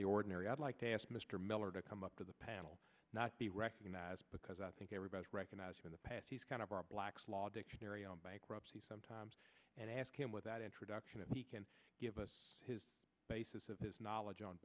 the ordinary i'd like to ask mr miller to come up to the panel not be recognized because i think everybody recognizes in the past he's kind of our black's law dictionary on bankruptcy sometimes and ask him with that introduction if he can give us basis of his knowledge on